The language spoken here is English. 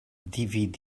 dvd